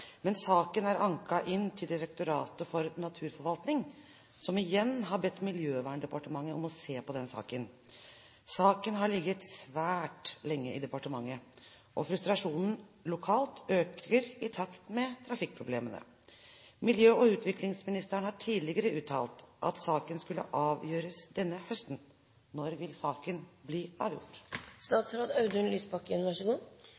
men saken er anket til Direktoratet for naturforvaltning, som igjen har bedt Miljøverndepartementet om å se på saken. Saken har ligget svært lenge i departementet, og frustrasjonen lokalt øker i takt med trafikkproblemene. Miljø- og utviklingsministeren har tidligere uttalt at saken skulle avgjøres i høst. Når vil saken bli